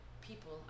people